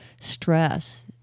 stress